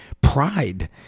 pride